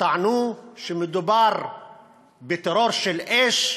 שטענו שמדובר בטרור של אש.